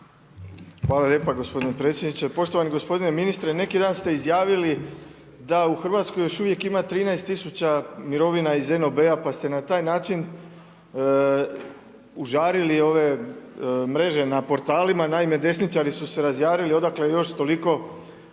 Hvala lijepo gospodine predsjedniče. Poštovani gospodine ministre, neki dan ste izjavili da u Hrvatskoj još uvijek ima 13000 mirovina iz NOB-a pa ste na taj način užarili ove mreže na portalima. Naime desničari su se razjarili odakle još toliko